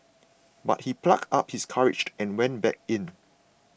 but he plucked up his courage and went back in